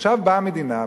עכשיו באה המדינה,